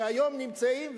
שהיום נמצאים,